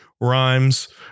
rhymes